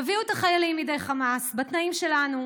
תביאו את החיילים מידי חמאס בתנאים שלנו,